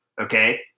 Okay